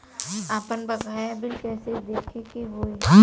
आपन बकाया बिल कइसे देखे के हौ?